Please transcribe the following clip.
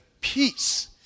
peace